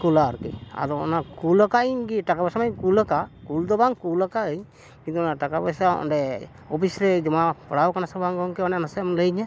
ᱠᱩᱞᱟ ᱟᱨᱠᱤ ᱟᱫᱚ ᱚᱱᱟ ᱠᱩᱞ ᱟᱠᱟᱫ ᱟᱹᱧ ᱠᱤ ᱴᱟᱠᱟ ᱯᱚᱭᱥᱟ ᱢᱟᱧ ᱠᱩᱞ ᱟᱠᱟᱫ ᱠᱩᱞ ᱫᱚ ᱵᱟᱝ ᱠᱩᱞ ᱟᱠᱟᱫᱟᱹᱧ ᱠᱤᱱᱛᱩ ᱚᱱᱟ ᱴᱟᱠᱟ ᱯᱚᱭᱥᱟ ᱚᱸᱰᱮ ᱚᱯᱷᱤᱥ ᱨᱮ ᱡᱚᱢᱟ ᱯᱟᱲᱟᱣ ᱠᱟᱱᱟ ᱥᱮ ᱵᱟᱝ ᱜᱚᱢᱠᱮ ᱚᱱᱟ ᱱᱟᱥᱮᱱᱟᱜ ᱮᱢ ᱞᱟᱹᱭ ᱤᱧᱟᱹ